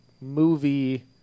movie